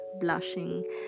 blushing